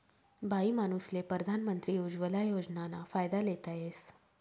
बाईमानूसले परधान मंत्री उज्वला योजनाना फायदा लेता येस